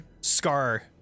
scar